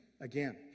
again